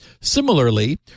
Similarly